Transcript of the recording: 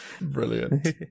Brilliant